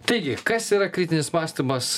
taigi kas yra kritinis mąstymas